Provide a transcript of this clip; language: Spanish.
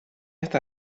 esta